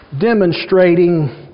demonstrating